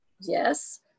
Yes